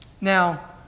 Now